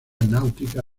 náutica